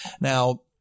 Now